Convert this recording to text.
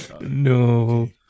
No